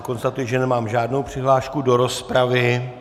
Konstatuji, že nemám žádnou přihlášku do rozpravy.